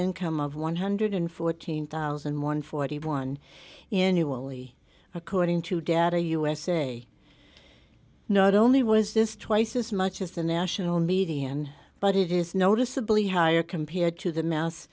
income of one hundred and fourteen thousand one hundred and forty one in you only according to data usa not only was this twice as much as the national median but it is noticeably higher compared to the mouse